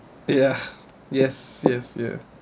ya yes yes ya